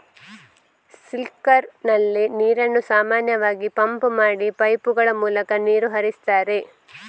sprinkler ನಲ್ಲಿ ನೀರನ್ನು ಸಾಮಾನ್ಯವಾಗಿ ಪಂಪ್ ಮಾಡಿ ಪೈಪುಗಳ ಮೂಲಕ ನೀರು ಹರಿಸ್ತಾರೆ